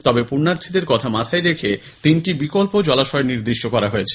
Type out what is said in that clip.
তবে পুণ্যার্থীদের কথা মাথায় রেখে তিনটি বিকল্প জলাশয় নির্দিষ্ট করা হয়েছে